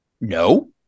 No